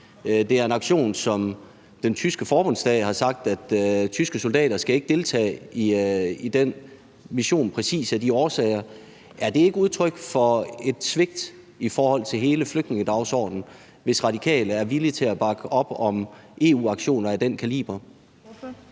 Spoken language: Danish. Det er en mission, som den tyske forbundsdag har sagt at tyske soldater ikke skal deltage i af præcis de årsager. Er det ikke udtryk for et svigt i forhold til hele flygtningedagsordenen, hvis De Radikale er villige til at bakke op om EU-aktioner af den kaliber?